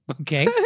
Okay